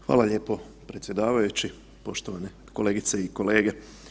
Hvala lijepo predsjedavajući, poštovane kolegice i kolege.